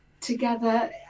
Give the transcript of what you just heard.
together